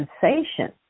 sensation